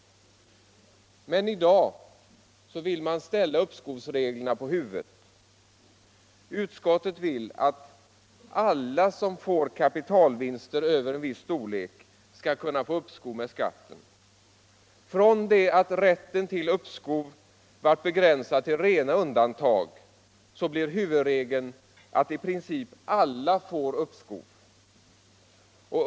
Men i dag vill man ställa uppskovsreglerna på huvudet. Utskottet vill att alla som gör kapitalvinster över en viss storlek skall kunna få uppskov med skatten. Från det att rätten till uppskov varit begränsad till rena undantag blir huvudregeln att i princip alla får uppskov.